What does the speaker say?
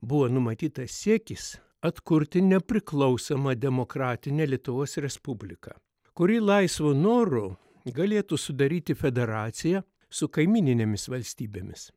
buvo numatytas siekis atkurti nepriklausomą demokratinę lietuvos respubliką kuri laisvu noru galėtų sudaryti federaciją su kaimyninėmis valstybėmis